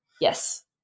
Yes